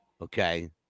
Okay